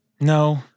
No